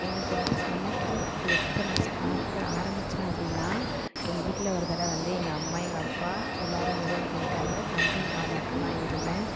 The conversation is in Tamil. எனக்கு வந்து சமைக்கிறத்துக்கு எப்போ நான் ஸ்டார்ட் பண் ஆரம்மித்தேன் அப்படினா எங்கள் வீட்டில் ஒரு தடவை வந்து எங்கள் அம்மா எங்கள் அப்பா எல்லாேருமே வெளியே போய்விட்டாங்க தம்பி நான் மட்டும் தான் இருந்தேன்